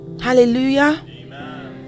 Hallelujah